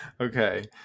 okay